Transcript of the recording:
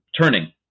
turning